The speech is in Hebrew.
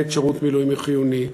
באמת שירות מילואים הוא חיוני?